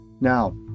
now